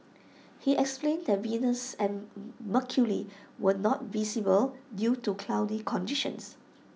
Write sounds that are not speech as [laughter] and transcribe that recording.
he explained that Venus and [hesitation] mercury were not visible due to cloudy conditions